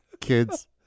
Kids